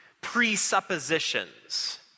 presuppositions